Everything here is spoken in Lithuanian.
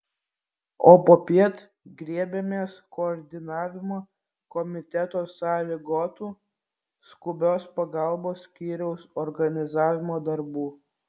o popiet griebėmės koordinavimo komiteto sąlygotų skubios pagalbos skyriaus organizavimo darbų